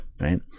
right